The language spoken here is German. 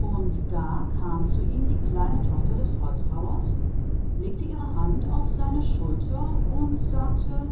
und da kam die kleine tochter des holzfällers zu ihm und sie legte ihm die hand auf die schulter und sprach